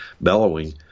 bellowing